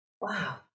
Wow